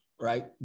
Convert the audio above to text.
right